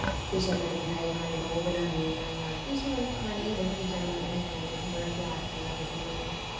किश अगर मिठाई खानी तां ओह बनानियां जां किश बी मतलब खाने बड़ियां चीजां बनांदियां हियां ते असें बड़ा प्यार करना ते असें उ'नें